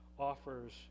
Offers